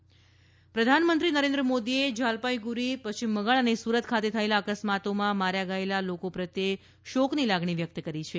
PM સહાય પ્રધાનમંત્રી નરેન્દ્ર મોદીએ જાલપાઇગુરી પશ્ચિમ બંગાળ અને સુરત ખાતે થયેલા અકસ્માતોમાં માર્યા ગયેલા લોકો પ્રત્યે શોકની લાગણી વ્યક્ત કરી છે